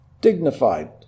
Dignified